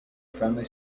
friendly